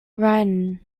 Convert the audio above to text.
writing